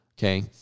Okay